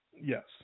Yes